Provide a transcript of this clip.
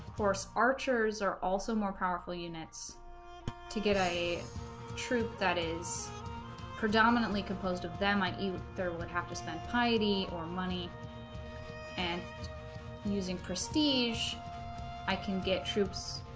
course archers are also more powerful units to get a troop that is predominantly composed of them ie third would have to spend piety or money and using prestige i can get troops